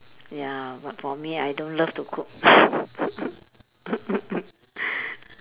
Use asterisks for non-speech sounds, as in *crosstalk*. ya but for me I don't love to cook *laughs*